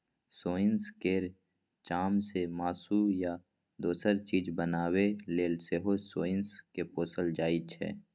सोंइस केर चामसँ मासु या दोसर चीज बनेबा लेल सेहो सोंइस केँ पोसल जाइ छै